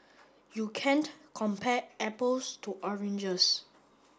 you can't compare apples to oranges